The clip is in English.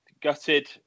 gutted